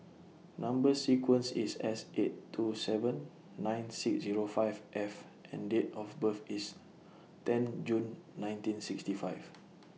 Number sequence IS S eight two seven nine six Zero five F and Date of birth IS ten June nineteen sixty five